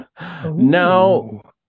Now